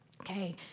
okay